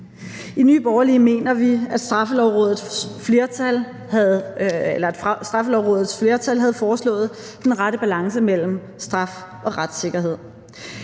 I Nye Borgerlige mener vi, at Straffelovrådets flertal havde foreslået den rette balance mellem straf og retssikkerhed.